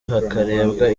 hakarebwa